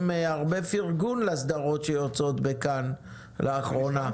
הרבה פרגון לסדרות שיוצאות בכאן לאחרונה.